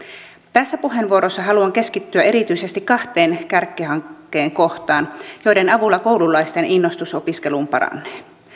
tässä puheenvuorossa haluan keskittyä erityisesti kahteen kärkihankkeen kohtaan joiden avulla koululaisten innostus opiskeluun paranee